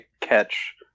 catch